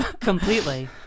Completely